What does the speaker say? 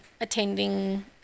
attending